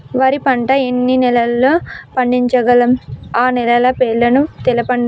వరి పంట ఎన్ని నెలల్లో పండించగలం ఆ నెలల పేర్లను తెలుపండి?